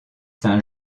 saint